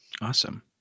awesome